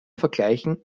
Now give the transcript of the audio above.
vergleichen